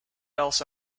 else